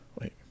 wait